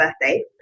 birthday